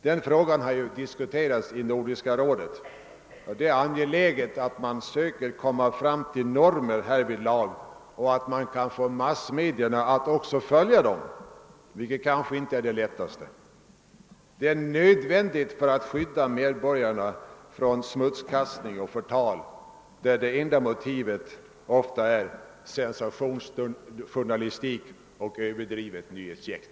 Den frågan har ju diskuterats i Nordiska rådet, och det är angeläget, att man söker kommå fram till normer härvidlag och att man kan få massmedia att också följa dem, vilket kanske inte är det lättaste. Det är nödvändigt för att skydda medborgarna från smutskastning och förtal, där det enda motivet ofta är sensationsjournalistik och överdriven nyhetsjakt.